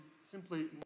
simply